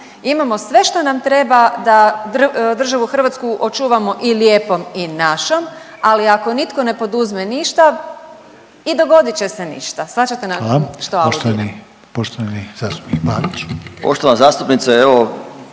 Imamo sve što nam treba da državu Hrvatsku očuvamo i lijepom i našom, ali ako nitko ne poduzme ništa i dogodit će se ništa, shvaćate li na što aludiram.